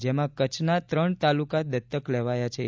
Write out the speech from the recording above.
જેમાં કચ્છમાં ત્રણ તાલુકા દત્તક લેવાયા છે